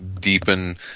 deepen